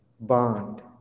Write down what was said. bond